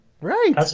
Right